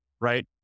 right